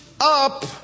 up